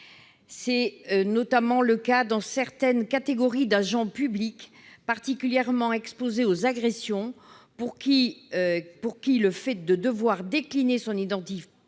C'est notamment le cas pour certaines catégories d'agents publics particulièrement exposées aux agressions : le fait de devoir décliner son identité